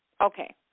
Okay